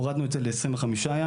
הורדנו את זה ל-25 ימים.